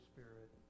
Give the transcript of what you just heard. Spirit